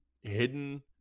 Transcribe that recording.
hidden